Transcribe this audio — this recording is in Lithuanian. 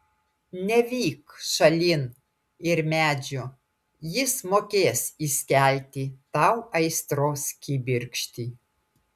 nevyk šalin ir medžio jis mokės įskelti tau aistros kibirkštį